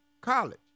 college